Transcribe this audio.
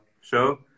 show